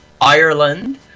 Ireland